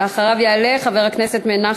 חבר הכנסת טיבי,